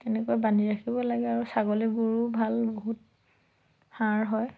তেনেকৈ বান্ধি ৰাখিব লাগে আৰু ছাগলীৰ গুও ভাল বহুত সাৰ হয়